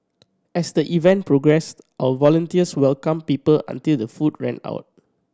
as the even progressed our volunteers welcomed people until the food ran out